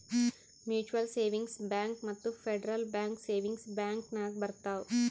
mutual savings bank ಮತ್ತ federal bank savings bank ನಾಗ್ ಬರ್ತಾವ್